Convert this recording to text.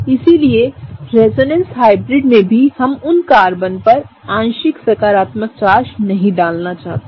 इसलिए resonance hybrid में भी हमउन कार्बन पर आंशिक सकारात्मक चार्जनहींडालनाचाहते हैं